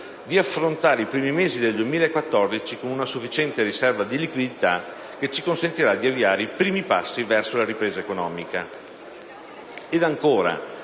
di affrontare i primi mesi del 2014 con una sufficiente riserva di liquidità che ci consentirà di avviare i primi passi verso la ripresa economica.